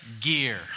gear